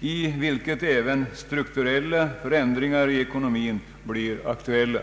i vilket även strukturella förändringar i ekonomin blir aktuella.